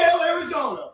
Arizona